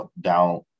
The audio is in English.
down